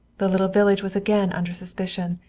the little village was again under suspicion,